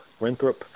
Winthrop